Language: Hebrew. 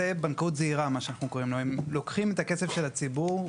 בנקאות זעירה; הם לוקחים את הכסף של הציבור,